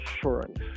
assurance